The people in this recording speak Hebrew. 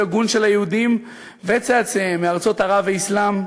הגון של היהודים וצאצאיהם מארצות ערב והאסלאם,